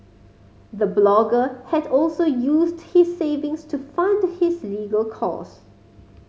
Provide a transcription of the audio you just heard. the blogger had also used his savings to fund his legal cost